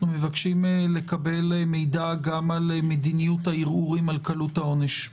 מבקשים לקבל מידע גם על מדיניות הערעורים על קלות העונש.